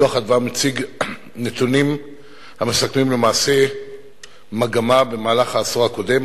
דוח "אדוה" מציג נתונים המסכמים למעשה מגמה במהלך העשור הקודם,